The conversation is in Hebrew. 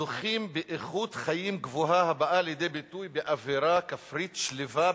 זוכים באיכות חיים גבוהה הבאה לידי ביטוי באווירה כפרית שלווה,